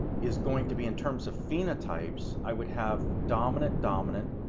is going to be in terms of phenotypes i would have dominant dominant,